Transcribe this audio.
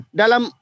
dalam